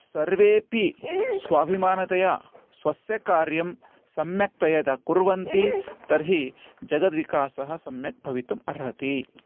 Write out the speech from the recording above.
सर्वेपि स्वाभिमानतया स्वस्य कार्यं सम्यक्ततया यदि कुर्वन्ति तर्हि जगद्विकासः सम्यक् भवितुम् अर्हति